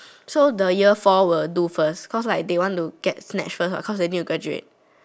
so the year four will do first cause like they want to get snatched first what cause they need to graduate